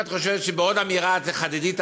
אם את חושבת שבעוד אמירה את תחדדי את